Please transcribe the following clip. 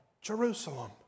Jerusalem